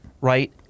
Right